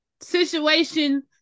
situation